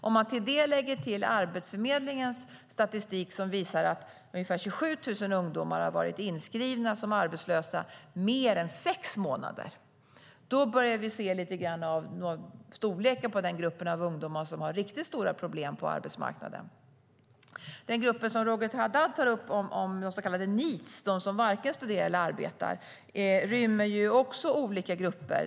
Om man till det lägger Arbetsförmedlingens statistik som visar att ungefär 27 000 ungdomar har varit inskrivna som arbetslösa i mer än sex månader börjar vi så smått se storleken på den grupp ungdomar som har riktigt stora problem på arbetsmarknaden. Den grupp som Roger Haddad tar upp, så kallade neets, som varken studerar eller arbetar rymmer också olika grupper.